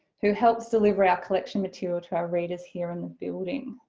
who helps deliver our collection material to our readers here in the building.